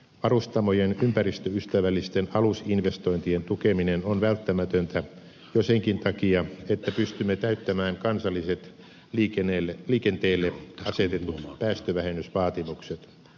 varustamojen ympäristöystävällisten alusinvestointien tukeminen on välttämätöntä jo senkin takia että pystymme täyttämään kansalliset liikenteelle asetetut päästövähennysvaatimukset